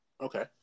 Okay